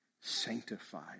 sanctified